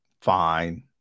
fine